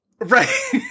Right